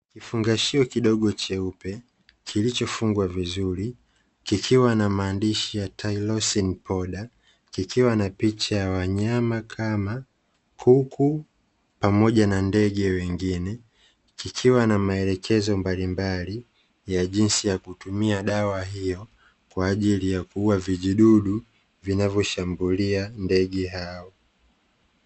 Kifungashio kidogo cheupe, kiichofungwa vizuri, kikiwa na maandishi ya "TYLOSIN POWDER", kikiwa na picha ya wanyama kama kuku pamoja na ndege wengine, kikiwa na maelekezo mbalimbali ya kutumia dawa hiyo, kwa ajili ya kuua vijidudu vinavyoshambulia ndege hao.